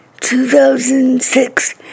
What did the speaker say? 2006